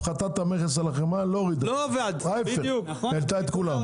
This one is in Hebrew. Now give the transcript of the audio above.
הפחתת המכס על החמאה לא הורידה, העלתה את כולם.